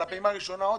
על הפעימה הראשונה.